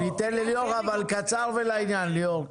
חיזוק התעשייה בחו"ל,